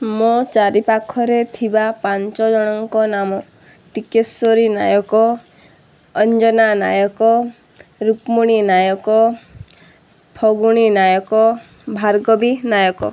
ମୋ ଚାରିପାଖରେ ଥିବା ପାଞ୍ଚଜଣଙ୍କ ନାମ ଟିକେଶ୍ଵରୀ ନାୟକ ଅଞ୍ଜନା ନାୟକ ରୁକ୍ମଣୀ ନାୟକ ଫଗୁଣୀ ନାୟକ ଭାର୍ଗବୀ ନାୟକ